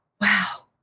wow